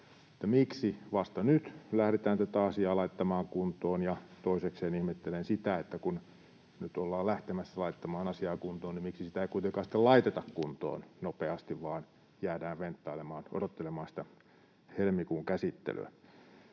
miksi vasta nyt lähdetään tätä asiaa laittamaan kuntoon. Toisekseen ihmettelen sitä, että kun nyt ollaan lähtemässä laittamaan asiaa kuntoon, niin miksi sitä ei kuitenkaan sitten laiteta kuntoon nopeasti vaan jäädään venttailemaan, odottelemaan sitä helmikuun käsittelyä.